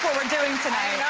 we're doing tonight